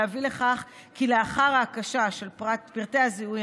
להביא לכך כי לאחר ההקשה של פרטי הזיהוי